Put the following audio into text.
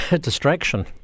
distraction